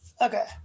Okay